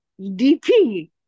DP